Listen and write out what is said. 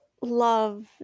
love